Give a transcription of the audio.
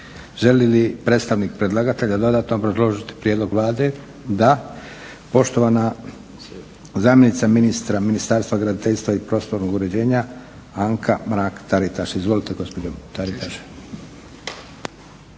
Želi li predstavnik predlagatelja dodatno obrazložiti prijedlog Vlade? Da. Poštovana zamjenica ministra Ministarstva graditeljstva i prostornog uređenja Anka Mrak-Taritaš. Izvolite gospođo Taritaš.